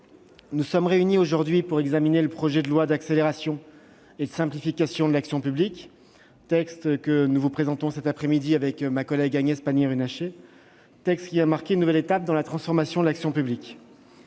nous sommes réunis aujourd'hui pour examiner le projet de loi d'accélération et de simplification de l'action publique (ASAP). Ce texte, que je vous présente cet après-midi avec Agnès Pannier-Runacher, vient marquer une nouvelle étape dans la transformation de l'action publique.